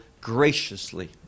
graciously